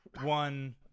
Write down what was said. one